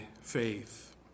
faith